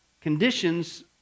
conditions